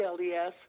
LDS